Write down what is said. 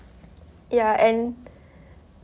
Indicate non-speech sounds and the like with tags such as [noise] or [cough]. ya and [breath]